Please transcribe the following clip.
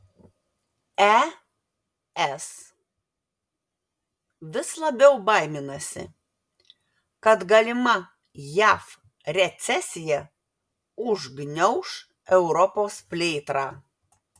es vis labiau baiminasi kad galima jav recesija užgniauš europos plėtrą